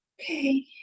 Okay